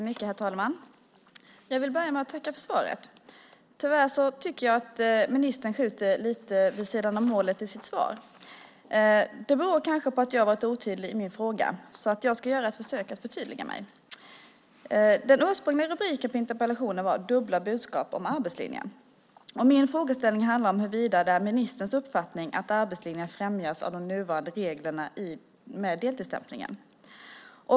Herr talman! Jag vill börja med att tacka för svaret. Tyvärr tycker jag att ministern skjuter lite vid sidan om målet i sitt svar. Det beror kanske på att jag har varit otydlig i min fråga, så jag ska göra ett försök att förtydliga mig. Den ursprungliga rubriken på interpellationen var Dubbla budskap om arbetslinjen . Min frågeställning handlar om huruvida det är ministerns uppfattning att arbetslinjen främjas av de nuvarande reglerna för deltidsstämplingen.